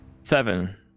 Seven